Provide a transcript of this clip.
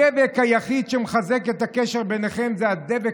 הדבק היחיד שמחזיק את הקשר ביניכם זה דבק